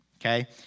okay